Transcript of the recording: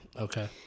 okay